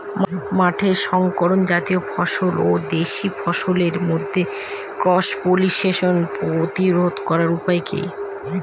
মাঠের শংকর জাতীয় ফসল ও দেশি ফসলের মধ্যে ক্রস পলিনেশন প্রতিরোধ করার উপায় কি?